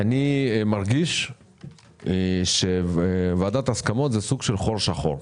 אני מרגיש שוועדת ההסכמות זה סוג של חור שחור,